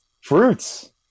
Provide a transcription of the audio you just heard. Fruits